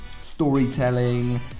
storytelling